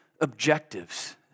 objectives